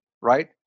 right